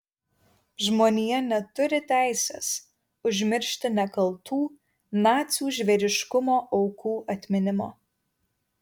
žmonija neturi teisės užmiršti nekaltų nacių žvėriškumo aukų atminimo